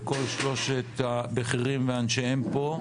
לכל שלושת הבכירים ואנשיהם פה,